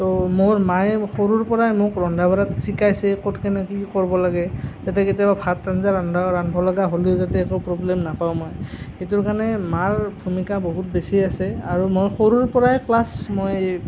ত' মোৰ মায়ে সৰুৰ পৰাই মোক ৰন্ধা বঢ়া শিকাইছে ক'ত কেনেকৈ কি কৰিব লাগে যাতে কেতিয়াবা ভাত আঞ্জা ৰন্ধা ৰান্ধিব লগা হ'লেও যাতে একো প্ৰৱ্লেম নাপাওঁ মই সেইটোৰ কাৰণে মাৰ ভূমিকা বহুত বেছিয়ে আছে আৰু মই সৰুৰ পৰাই ক্লাচ মই